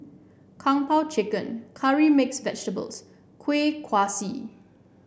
Kung Po Chicken Curry Mixed Vegetables Kuih Kaswi